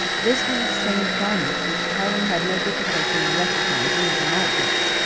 this was a stained garment, which tarling had no difficulty in recognising as a night-dress.